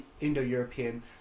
Indo-European